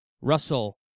Russell